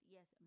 Yes